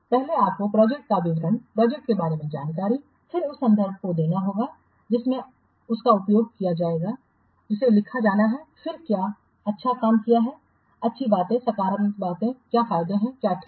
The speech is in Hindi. पहले आपको प्रोजेक्ट का विवरण प्रोजेक्ट के बारे में जानकारी फिर उस संदर्भ को देना होगा जिसमें उसका उपयोग किया जाएगा जिसे लिखा जाना है फिर क्या अच्छा काम किया है अच्छी बातें सकारात्मक बातें क्या हैं फायदे क्या हैं ठीक